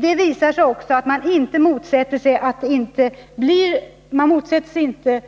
Det visar sig också genom att de inte motsätter sig